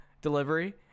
delivery